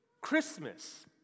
Christmas